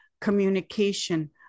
communication